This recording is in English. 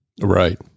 Right